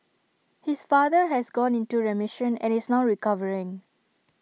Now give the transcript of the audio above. his father has gone into remission and is now recovering